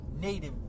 native